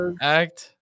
act